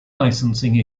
licensing